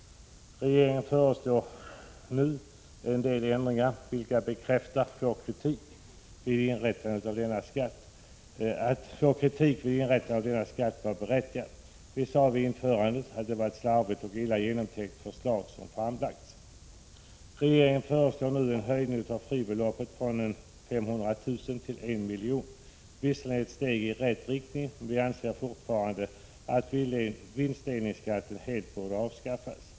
Nu föreslår regeringen en del ändringar, vilka bekräftar att vår kritik vid införandet av denna skatt var berättigad. Vi sade då att det var ett slarvigt och illa genomtänkt förslag som framlagts. Regeringen föreslår en höjning av fribeloppet från 500 000 kr. till 1 milj.kr. Det är visserligen ett steg i rätt riktning, men vi anser fortfarande att vinstdelningsskatten helt borde avskaffas.